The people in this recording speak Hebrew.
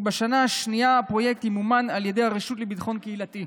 ובשנה השנייה הפרויקט ימומן על ידי הרשות לביטחון קהילתי.